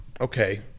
okay